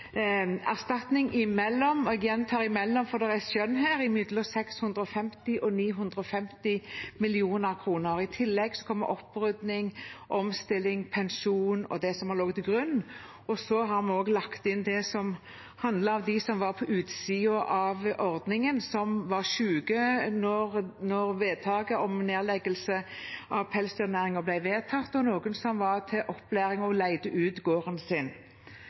erstatning på mellom – og jeg gjentar mellom, for det er skjønn her – 650 og 950 mill. kr. I tillegg kommer opprydning, omstilling, pensjon og det som har ligget til grunn. Vi har også lagt inn det som handlet om dem som var på utsiden av ordningen, dem som var syke da vedtaket om nedleggelse av pelsdyrnæringen ble vedtatt, og noen som var til opplæring og leide ut gården sin.